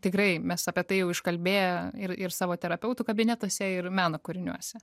tikrai mes apie tai jau iškalbėję ir ir savo terapeutų kabinetuose ir meno kūriniuose